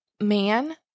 man